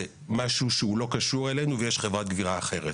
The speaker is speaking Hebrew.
משהו שהוא לא קשור אלינו ויש חברת גבייה אחרת.